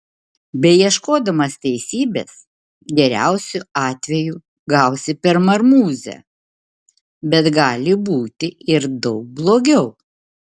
beieškodamas teisybės geriausiu atveju gausi per marmuzę bet gali būti ir daug blogiau